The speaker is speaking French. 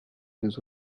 deux